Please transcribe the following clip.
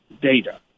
data